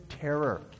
terror